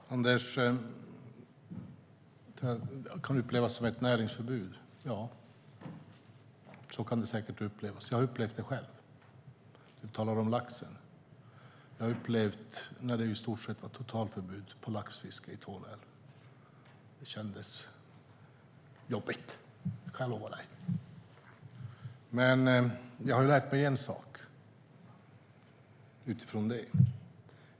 Fru talman! Kan ålfiskeförbudet upplevas som ett näringsförbud? Så kan det säkert upplevas. Jag har upplevt det själv i fråga om laxen. Jag har upplevt när det var i stort sett totalförbud på laxfiske i Torne älv. Det kändes jobbigt, kan jag lova dig. Jag har lärt mig en sak.